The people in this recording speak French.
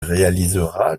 réalisera